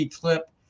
clip